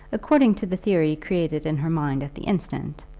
according to the theory created in her mind at the instant,